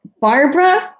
Barbara